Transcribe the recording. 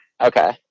Okay